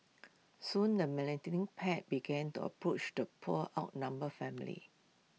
soon the pack began to approach the poor outnumbered family